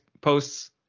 posts